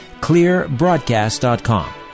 clearbroadcast.com